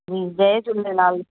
जी जय झूलेलाल